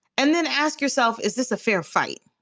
and then ask yourself, is this a fair fight?